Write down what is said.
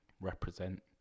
represent